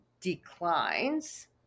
declines